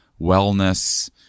wellness